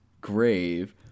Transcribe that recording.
grave